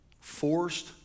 forced